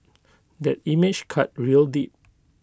that image cut real deep